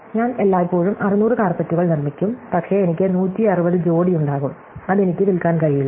ഞാൻ എല്ലായ്പ്പോഴും 600 കാര്പെറ്റുകൾ നിർമ്മിക്കും പക്ഷേ എനിക്ക് 160 ജോഡി ഉണ്ടാകും അത് എനിക്ക് വിൽക്കാൻ കഴിയില്ല